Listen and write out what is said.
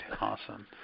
Awesome